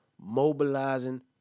mobilizing